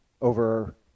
over